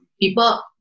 people